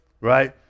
right